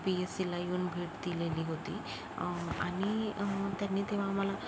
P H सीला येऊन भेट दिलेली होती आणि त्यांनी तेव्हा आम्हाला